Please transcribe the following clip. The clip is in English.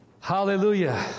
Hallelujah